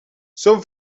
son